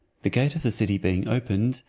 the gate of the city being opened,